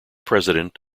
president